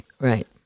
Right